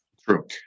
True